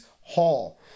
Hall